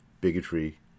bigotry